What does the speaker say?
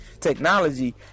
technology